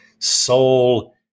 soul